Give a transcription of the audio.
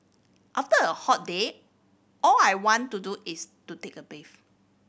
after a hot day all I want to do is to take a bath